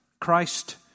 Christ